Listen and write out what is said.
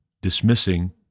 dismissing